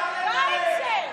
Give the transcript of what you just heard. די כבר עם זה.